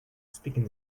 speaking